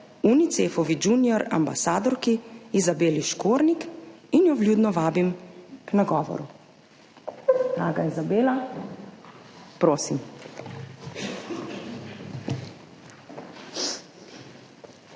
Unicefovi junior ambasadorki Izabeli Škornik in jo vljudno vabim k nagovoru. Draga Izabela, prosim.